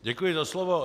Děkuji za slovo.